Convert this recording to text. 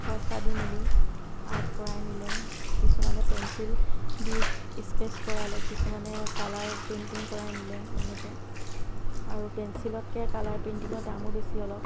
পইচা দি মেলি আৰ্ট কৰাই নিলে কিছুমানে পেঞ্চিল দি স্কেটছ কৰালে কিছুমানে কালাৰ পেইণ্টিং কৰাই নিলে এনেকৈ আৰু পেঞ্চিলতকৈ কালাৰ পেইণ্টিঙৰ দামো বেছি অলপ